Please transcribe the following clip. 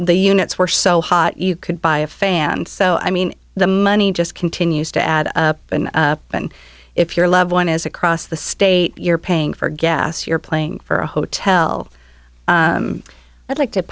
the units were so hot you could buy a fan so i mean the money just continues to add up and if your loved one is across the state you're paying for gas you're playing for a hotel i'd like to